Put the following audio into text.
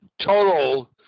total